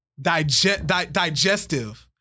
digestive